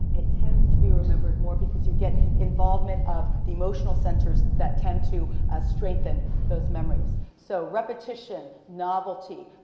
it tends to be remembered more because you get involvement of the emotional centers that tend to strengthen those memories. so repetition, novelty,